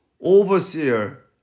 Overseer